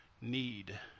need